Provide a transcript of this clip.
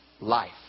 life